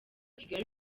kigali